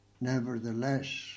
nevertheless